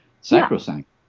sacrosanct